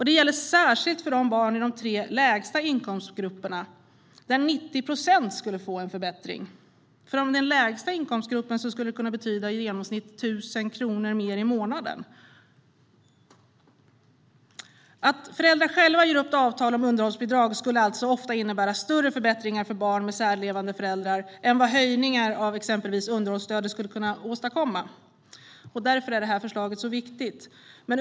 Det gäller särskilt för barn i de tre lägsta inkomstgrupperna, där 90 procent skulle få en förbättring. För dem i den lägsta inkomstgruppen skulle det kunna betyda i genomsnitt 1 000 kronor mer i månaden. Att föräldrar själva gör upp avtal om underhållsbidrag skulle alltså ofta innebära större förbättringar för barn med särlevande föräldrar än vad höjningar av exempelvis underhållsstödet skulle kunna åstadkomma. Därför är det här förslaget så viktigt.